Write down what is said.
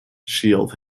shield